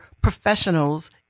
professionals